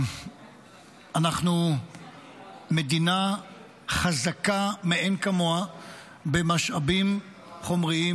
אנחנו מדינה חזקה מאין כמוה במשאבים חומריים,